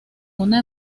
una